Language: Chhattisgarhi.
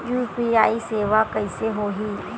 यू.पी.आई सेवा के कइसे होही?